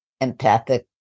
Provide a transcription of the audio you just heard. empathic